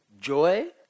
joy